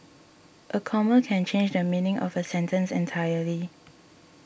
a comma can change the meaning of a sentence entirely